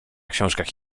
książkach